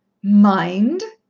mind!